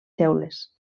teules